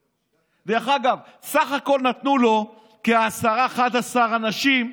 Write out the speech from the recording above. דרך אגב, בסך הכול נתנו לו ערבויות 10, 11 אנשים.